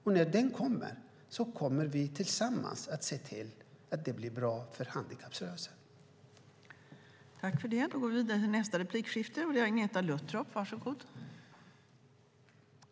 Vi kommer tillsammans att se till att det blir bra för handikapprörelsen när den kommer.